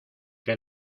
que